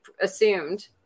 assumed